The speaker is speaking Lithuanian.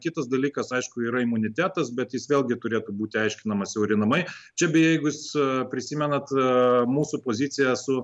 kitas dalykas aišku yra imunitetas bet jis vėlgi turėtų būti aiškinamas siaurinamai čia beje jeigu jūs prisimenat mūsų poziciją esu